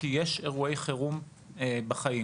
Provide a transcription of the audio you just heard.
כי יש אירועי חירום בחיים.